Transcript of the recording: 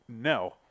No